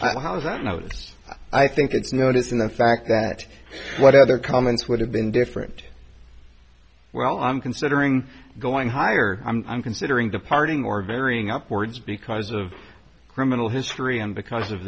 well how is that noticed i think it's noticing the fact that what other comments would have been different well i'm considering going higher i'm considering departing or varying upwards because of criminal history and because of